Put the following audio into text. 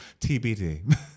TBD